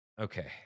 Okay